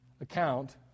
account